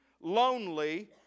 lonely